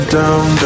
down